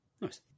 Nice